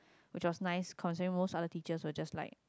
which was nice compare most other teacher will just like